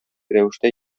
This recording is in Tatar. рәвештә